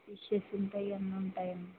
fishes ఉంటాయి అన్ని ఉంటాయ